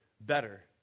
better